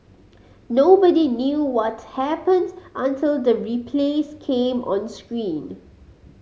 nobody knew what happened until the replays came on screen